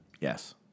yes